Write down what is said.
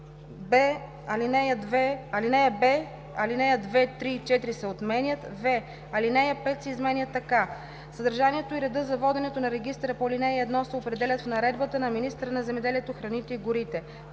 б)алинеи 2, 3 и 4 се отменят; в)алинея 5 се изменя така: „(5) Съдържанието и редът за воденето на регистъра по ал. 1 се определят в наредба на министъра на земеделието, храните и горите.“